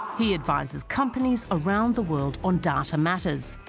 he advises companies around the world on data matters